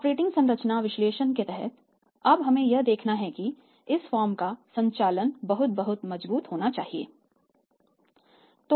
operating संरचना विश्लेषण के तहत अब हमें यह देखना है कि इस फर्म का संचालन बहुत बहुत मजबूत होना चाहिए